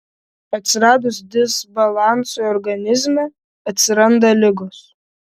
atsiradus disbalansui organizme atsiranda ligos